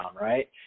right